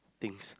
things